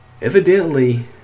Evidently